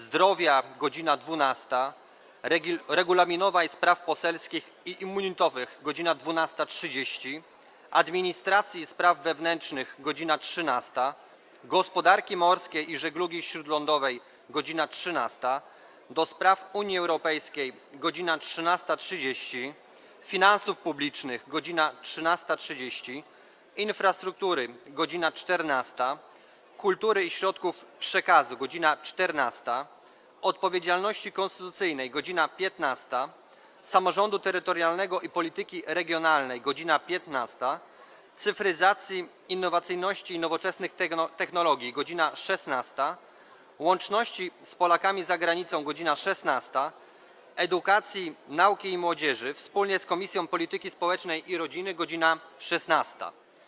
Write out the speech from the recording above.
Zdrowia - godz. 12, - Regulaminowej, Spraw Poselskich i Immunitetowych - godz. 12.30, - Administracji i Spraw Wewnętrznych - godz. 13, - Gospodarki Morskiej i Żeglugi Śródlądowej - godz. 13, - do Spraw Unii Europejskiej - godz. 13.30, - Finansów Publicznych - godz. 13.30, - Infrastruktury - godz. 14, - Kultury i Środków Przekazu - godz. 14, - Odpowiedzialności Konstytucyjnej - godz. 15, - Samorządu Terytorialnego i Polityki Regionalnej - godz. 15, - Cyfryzacji, Innowacyjności i Nowoczesnych Technologii - godz. 16, - Łączności z Polakami za Granicą - godz. 16, - Edukacji, Nauki i Młodzieży wspólnie z Komisją Polityki Społecznej i Rodziny - godz. 16.